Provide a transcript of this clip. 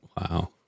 Wow